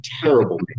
terrible